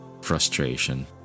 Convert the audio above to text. frustration